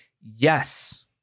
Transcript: Yes